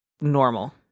normal